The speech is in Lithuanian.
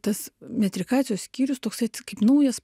tas metrikacijos skyrius toksai kaip naujas